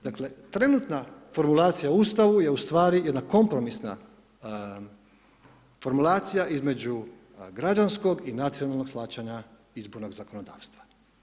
Dakle, trenutna formulacija u Ustavu je ustvari jedna kompromisna formulacija između građanskog i nacionalnog shvaćanja izbornog zakonodavstva.